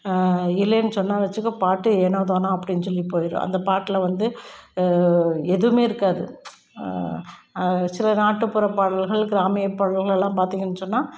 இல்லைனு சொன்னால் வச்சிக்க பாட்டு ஏனோ தானோ அப்படினு சொல்லி போயிடும் அந்த பாட்டில வந்து எதுவமே இருக்காது சில நாட்டுப்புற பாடல்கள் கிராமியப்பாடல்கள்லாம் பார்த்திங்கனு சொன்னால்